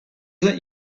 that